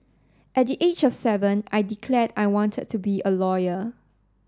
at the age of seven I declared I wanted to be a lawyer